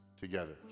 together